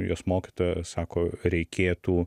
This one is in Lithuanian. jos mokytoja sako reikėtų